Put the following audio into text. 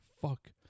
Fuck